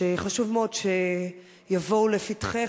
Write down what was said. שחשוב מאוד שיבואו לפתחך,